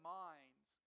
minds